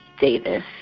Davis